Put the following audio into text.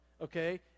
okay